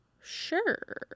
sure